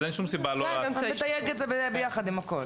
אין שום סיבה -- אפשר לתייק את זה יחד עם הכול.